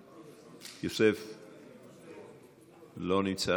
לא נמצא.